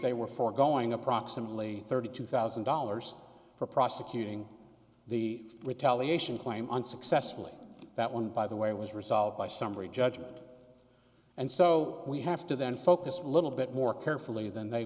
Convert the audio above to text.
they were foregoing approximately thirty two thousand dollars for prosecuting the retaliation claim unsuccessfully that one by the way was resolved by summary judgment and so we have to then focus a little bit more carefully than they